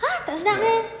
!huh! tak sedap meh